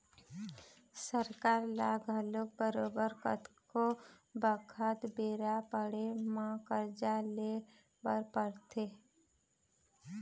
सरकार ल घलोक बरोबर कतको बखत बेरा पड़े म करजा ले बर परथे